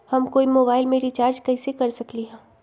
हम कोई मोबाईल में रिचार्ज कईसे कर सकली ह?